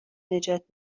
نجات